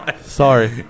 Sorry